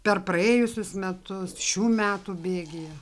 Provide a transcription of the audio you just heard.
per praėjusius metus šių metų bėgyje